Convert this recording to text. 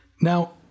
now